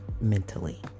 mentally